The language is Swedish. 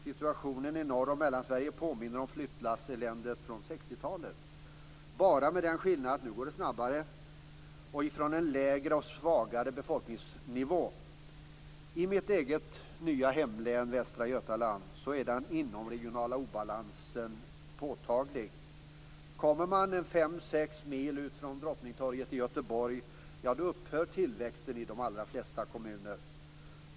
Situationen i norra Sverige och i Mellansverige påminner om flyttlasseländet under 60-talet, bara med den skillnaden att det nu går snabbare och att det sker utifrån en lägre befolkningsnivå. I mitt eget nya hemlän, Västra Götaland, är den inomregionala obalansen påtaglig. En fem sex mil från Drottningtorget i Göteborg har tillväxten i de allra flesta kommuner upphört.